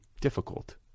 difficult